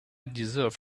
deserve